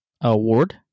award